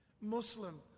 Muslim